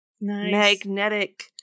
magnetic